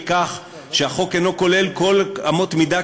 מכך שהחוק אינו כולל כל אמות מידה,